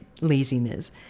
laziness